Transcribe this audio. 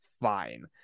fine